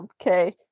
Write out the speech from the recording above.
Okay